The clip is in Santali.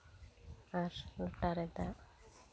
ᱟᱨ ᱞᱚᱴᱟᱨᱮ ᱫᱟᱜ